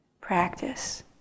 practice